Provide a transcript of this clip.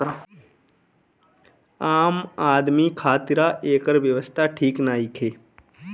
आम आदमी खातिरा एकर व्यवस्था ठीक नईखे